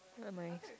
ya my